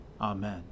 Amen